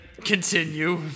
continue